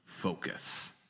focus